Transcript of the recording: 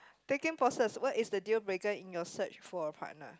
taking process what is the deal breaker in your search for a partner